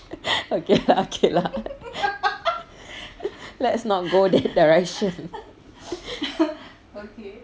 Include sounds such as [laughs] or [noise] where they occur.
okay lah okay lah [laughs] let's not go that direction [laughs]